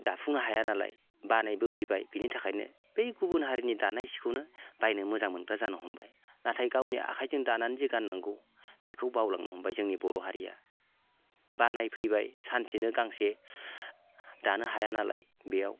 दाफुंनो हाया नालाय बानायबो फैबाय बेनि थाखायनो बै गुबुन हारिनि दानाय सिखौनो बायनो मोजां मोनग्रा जानो हमबाय नाथाय गावनि आखाइजों दानानै जे गान्नांगौ बेखौ बावलांनो हमबाय जोंनि बर'हारिया बानाय फैबाय सानसेनो गांसे दानो हाया नालाय बेयाव